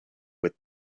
with